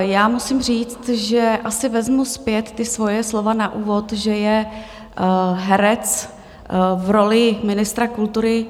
Já musím říct, že asi vezmu zpět svoje slova na úvod, že je herec v roli ministra kultury.